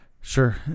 sure